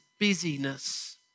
busyness